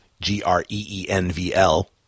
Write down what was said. G-R-E-E-N-V-L